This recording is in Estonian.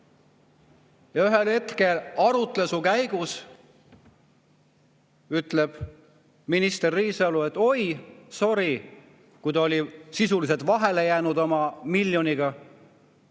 Ja ühel hetkel arutelu käigus ütles minister Riisalo, et oi, sorri, kui ta oli sisuliselt vahele jäänud oma [jutuga]